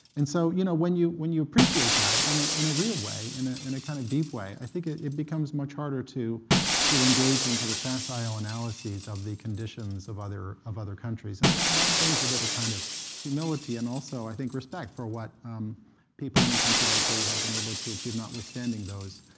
and so you know when you when you appreciate that in a in a real way, in a in a kind of deep way, i think it becomes much harder to to engage in sort of facile analyses of the conditions of other of other countries. and that that brings with it a kind of humility and also, i think, respect for what people in a country like haiti have been able to achieve, notwithstanding those